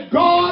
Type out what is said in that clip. God